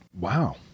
Wow